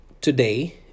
today